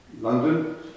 London